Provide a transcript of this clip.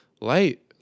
light